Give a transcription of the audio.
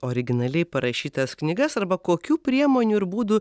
originaliai parašytas knygas arba kokių priemonių ir būdų